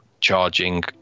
charging